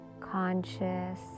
conscious